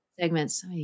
segments